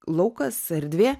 laukas erdvė